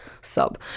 sub